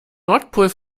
nordpol